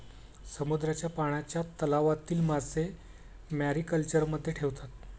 समुद्राच्या पाण्याच्या तलावातील मासे मॅरीकल्चरमध्ये ठेवतात